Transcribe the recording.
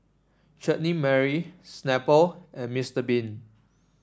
Chutney Mary Snapple and Mr Bean